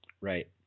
Right